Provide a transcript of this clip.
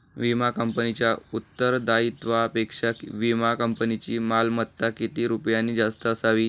विमा कंपनीच्या उत्तरदायित्वापेक्षा विमा कंपनीची मालमत्ता किती रुपयांनी जास्त असावी?